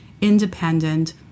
independent